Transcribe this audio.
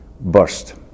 burst